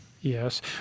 Yes